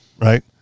right